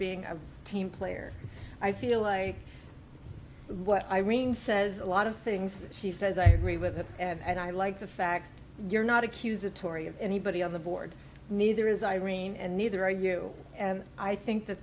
being a team player i feel like what irene says a lot of things she says i agree with and i like the fact you're not accusatory of anybody on the board neither is irene and neither are you and i think the